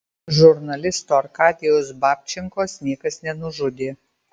žurnalisto arkadijaus babčenkos niekas nenužudė